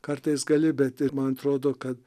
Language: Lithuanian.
kartais gali bet ir man atrodo kad